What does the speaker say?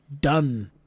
done